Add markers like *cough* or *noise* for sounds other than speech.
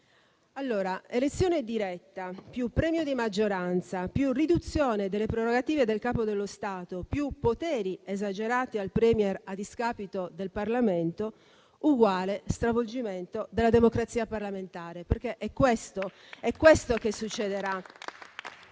questo: elezione diretta, più premio di maggioranza, più riduzione delle prerogative del Capo dello Stato, più poteri esagerati al *Premier* a discapito del Parlamento, uguale stravolgimento della democrazia parlamentare. *applause* È questo che succederà.